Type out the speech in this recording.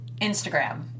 Instagram